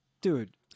dude